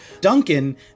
Duncan